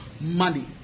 money